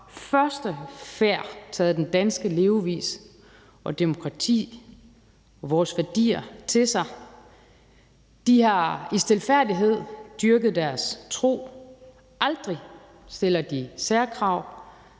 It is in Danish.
første færd taget den danske levevis, demokratiet og vores værdier til sig. De har i stilfærdighed dyrket deres tro, aldrig stiller de særkrav,